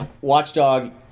Watchdog